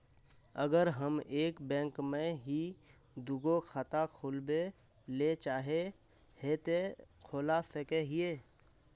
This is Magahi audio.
अगर हम एक बैंक में ही दुगो खाता खोलबे ले चाहे है ते खोला सके हिये?